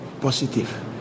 positive